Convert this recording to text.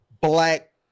black